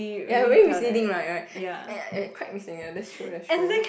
ya very misleading right right and and quite misleading that's true that's true